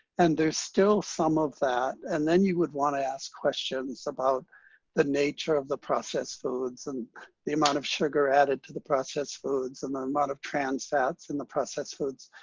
and there's still some of that. and then you would want to ask questions about the nature of the processed foods and the amount of sugar added to the processed foods and the amount of trans fats in the processed foods.